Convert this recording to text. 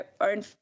own